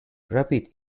rabbit